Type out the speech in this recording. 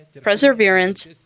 perseverance